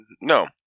No